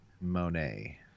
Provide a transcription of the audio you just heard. Monet